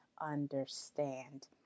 understand